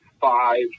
five